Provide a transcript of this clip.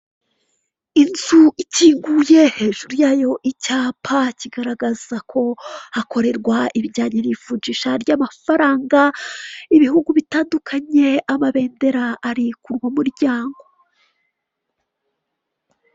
Inzu icyinguye hejuru yayo icyapa kigaragaza ko hakorerwa ibijyanye nivunjisha ry'amafaranga ibihugu bitandukanye amabendera ari k'umuryango.